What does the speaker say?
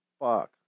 Fuck